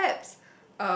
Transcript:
so perhaps